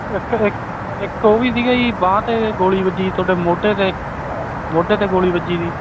ਇੱਕ ਸਰ ਇੱਕ ਇੱਕ ਉਹ ਵੀ ਸੀਗਾ ਜੀ ਬਾਂਹ 'ਤੇ ਗੋਲੀ ਵੱਜੀ ਤੁਹਾਡੇ ਮੋਢੇ 'ਤੇ ਮੋਢੇ 'ਤੇ ਗੋਲੀ ਵੱਜੀ ਸੀ